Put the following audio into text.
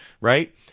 Right